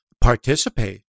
participate